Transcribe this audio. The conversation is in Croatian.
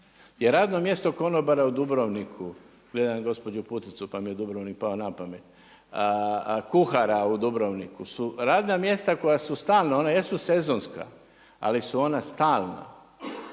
Radno mjesto konobara u Dubrovniku, gledam gospođu Puticu pa mi je Dubrovnik pao na pamet, kuhara u Dubrovniku su radna mjesta koja su stalna, ona jesu sezonska, ali su ona stalna.